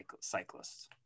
cyclists